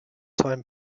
time